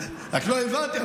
רק לא הבנתי,